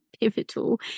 pivotal